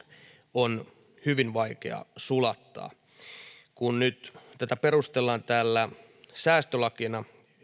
on hyvin vaikea sulattaa nyt tätä perustellaan säästölakina